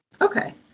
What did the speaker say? Okay